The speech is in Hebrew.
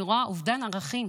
אני רואה אובדן ערכים.